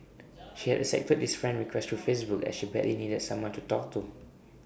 she had accepted this friend request through Facebook as she badly needed someone to talk to